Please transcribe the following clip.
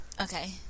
Okay